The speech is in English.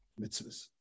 mitzvahs